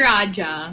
Raja